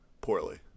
Poorly